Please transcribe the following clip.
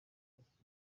basubiza